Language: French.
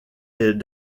est